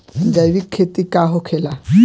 जैविक खेती का होखेला?